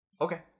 Okay